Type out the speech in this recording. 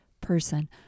person